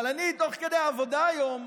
אבל אני, תוך כדי העבודה היום,